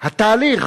התהליך